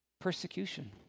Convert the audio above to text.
persecution